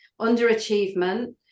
underachievement